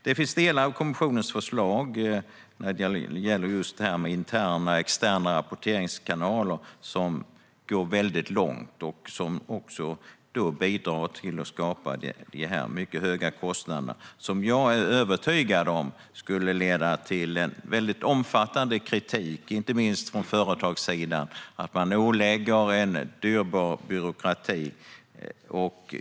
Det finns delar av kommissionens förslag när det gäller just det här med interna och externa rapporteringskanaler som går väldigt långt - och som också bidrar till de mycket höga kostnaderna - som jag är övertygad om skulle leda till en väldigt omfattande kritik, inte minst från företagssidan, om att man åläggs en dyrbar byråkrati.